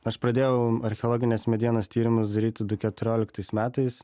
aš pradėjau archeologinės medienos tyrimus daryti du keturioliktais metais